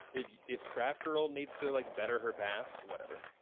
if if craft girl needs to like better her path, whatever.